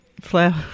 flower